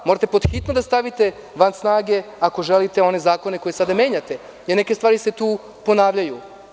Morate pod hitno da stavite van snage ako želite one zakone koje sada menjate, jer neke stvari se tu ponavljaju.